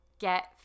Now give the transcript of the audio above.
Get